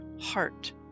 heart